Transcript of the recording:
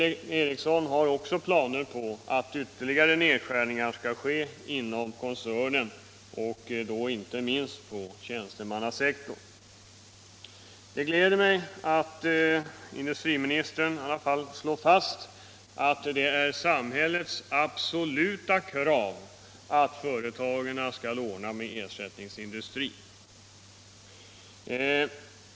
L M Ericsson har också planer på ytterligare nedskärning inom koncernen, inte minst på tjänstemannasektorn. Det gläder mig att industriministern i alla fall slår fast att det är samhällets absoluta krav att företagen skall ordna ersättningsindustri.